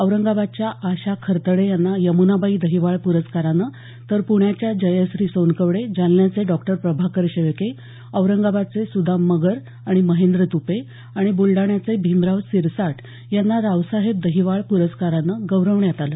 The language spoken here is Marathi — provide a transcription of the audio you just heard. औरंगाबादच्या आशा खरतडे यांना यम्नाबाई दहिवाळ प्रस्कारानं तर प्ण्याच्या जयश्री सोनकवडे जालन्याचे डॉक्टर प्रभाकर शेळके औरंगाबादचे सुदाम मगर आणि महेंद्र तुपे आणि ब्लडाण्याचे भीमराव सिरसाट यांना रावसाहेब दहिवाळ प्रस्कारानं गौरवण्यात आलं